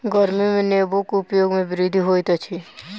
गर्मी में नेबोक उपयोग में वृद्धि होइत अछि